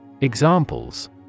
Examples